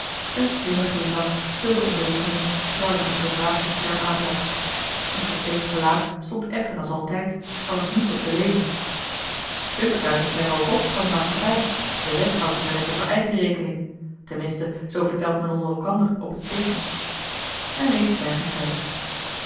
een slimme glimlach speelde om dilly's mond terwijl hij zijn ondervrager scherp aanzag mr stake's gelaat stond effen als altijd er was niets op te lezen twintig duizend zijn er ook op van de maatschappij de rest houdt de manager voor eigen rekening ten minste zoo vertelt men onder elkander op het station men reed zwijgend verder